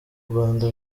rwanda